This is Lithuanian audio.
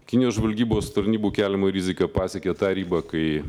kinijos žvalgybos tarnybų keliama rizika pasiekė tą ribą kai